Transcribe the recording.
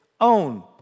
own